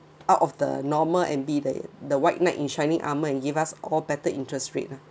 out of the normal and be the the white knight in shining armour and give us all better interest rate uh